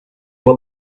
were